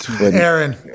Aaron